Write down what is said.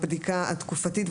הבדיקה התקופתית,